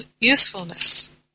usefulness